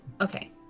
okay